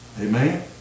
Amen